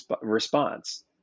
response